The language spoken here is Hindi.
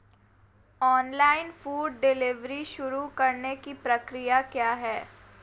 ऑनलाइन फूड डिलीवरी शुरू करने की प्रक्रिया क्या है?